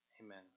Amen